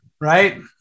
right